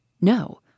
No